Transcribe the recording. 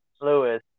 Lewis